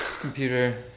computer